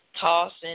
Tossing